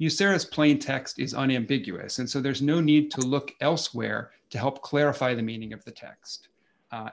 you serious plaintext is unambiguous and so there's no need to look elsewhere to help clarify the meaning of the text